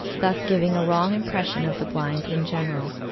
thus giving a wrong impression of the blind in general.